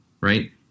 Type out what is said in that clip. right